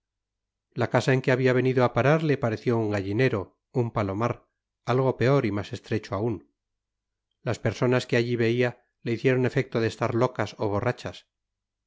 la casa en que había venido a parar le pareció un gallinero un palomar algo peor y más estrecho aún las personas que aquí veía le hicieron efecto de estar locas o borrachas